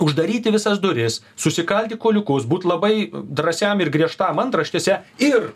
uždaryti visas duris susikalti kuoliukus būt labai drąsiam ir griežtam antraštėse ir